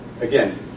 again